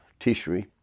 Tishri